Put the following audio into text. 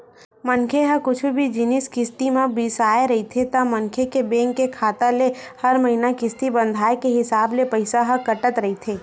मनखे ह कुछु भी जिनिस किस्ती म बिसाय रहिथे ता मनखे के बेंक के खाता ले हर महिना किस्ती बंधाय के हिसाब ले पइसा ह कटत रहिथे